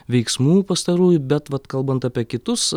veiksmų pastarųjų bet vat kalbant apie kitus